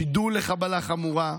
שידול לחבלה חמורה,